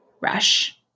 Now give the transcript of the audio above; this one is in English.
rush